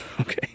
okay